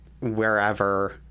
wherever